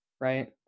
right